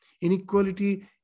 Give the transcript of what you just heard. Inequality